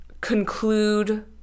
conclude